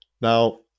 Now